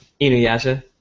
Inuyasha